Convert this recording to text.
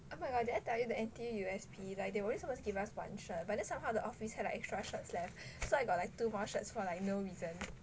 oh my god did I tell you that the N_T_U_S_P like they always wanna give us one shirt but then somehow the office had extra shirts left so I got like two more shirts for like no reason